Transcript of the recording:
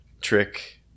trick